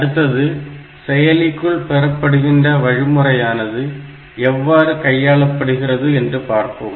அடுத்ததாக செயலிக்குள் பெறப்படுகிற வழிமுறையானது எவ்வாறு கையாளப்படுகிறது என்று பார்ப்போம்